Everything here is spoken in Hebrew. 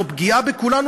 זו פגיעה בכולנו.